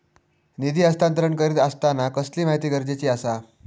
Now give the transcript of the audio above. निधी हस्तांतरण करीत आसताना कसली माहिती गरजेची आसा?